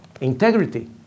Integrity